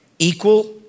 Equal